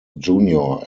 junior